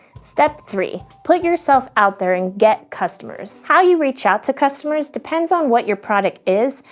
step three put yourself out there and get customers! how you reach out to customers depends on what your product is,